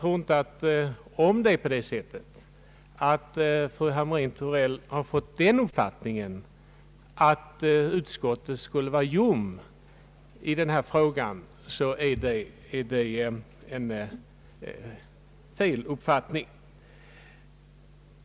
Om fru Hamrin-Thorell har fått den uppfattningen att utskottet skulle ha en ljum inställning i denna fråga så är det fel.